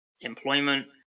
employment